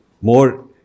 more